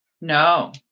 No